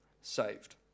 saved